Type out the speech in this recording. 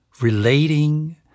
relating